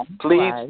Please